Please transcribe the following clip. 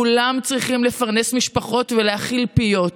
כולם צריכים לפרנס משפחות ולהאכיל פיות.